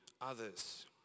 others